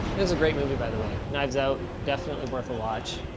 here's a great movie, by the way, knives out, definitely worth a watch.